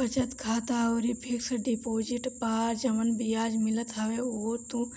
बचत खाता अउरी फिक्स डिपोजिट पअ जवन बियाज मिलत हवे उहो तू